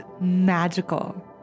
magical